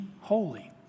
holy